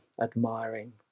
admiring